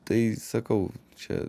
tai sakau čia